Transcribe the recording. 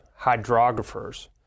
hydrographers